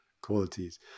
qualities